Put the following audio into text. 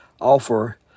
offer